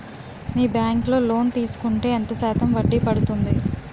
మీ bank లో loan తీసుకుంటే ఎంత శాతం వడ్డీ పడ్తుంది?